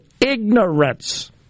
ignorance